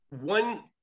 one